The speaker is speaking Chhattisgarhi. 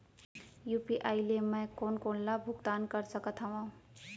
यू.पी.आई ले मैं कोन कोन ला भुगतान कर सकत हओं?